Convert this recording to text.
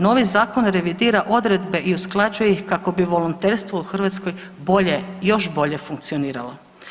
Novi zakon revidira odredbe i usklađuje ih kako bi volonterstvo u Hrvatskoj bolje, još bolje funkcioniralo.